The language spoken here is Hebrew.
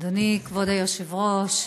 אדוני כבוד היושב-ראש,